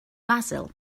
basil